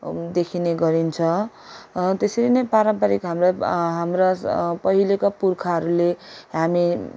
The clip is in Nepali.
देखिने गरिन्छ त्यसरी नै पारम्परिक हाम्रा हाम्रा पहिलेका पुर्खाहरूले हामी